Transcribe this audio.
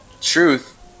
Truth